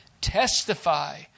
testify